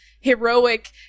heroic